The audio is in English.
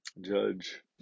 judge